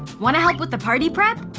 wanna help with the party prep?